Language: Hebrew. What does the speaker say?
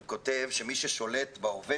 הוא כותב "מי ששולט בהווה,